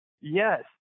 Yes